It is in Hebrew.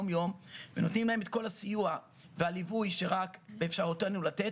ונותנים להם את כל הסיוע והליווי שבאפשרותנו לתת,